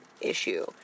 issue